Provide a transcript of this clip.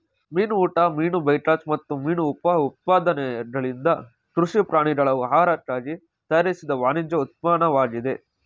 ಮೀನು ಊಟ ಮೀನು ಬೈಕಾಚ್ ಮತ್ತು ಮೀನು ಉಪ ಉತ್ಪನ್ನಗಳಿಂದ ಕೃಷಿ ಪ್ರಾಣಿಗಳ ಆಹಾರಕ್ಕಾಗಿ ತಯಾರಿಸಿದ ವಾಣಿಜ್ಯ ಉತ್ಪನ್ನವಾಗಿದೆ